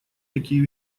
такие